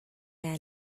man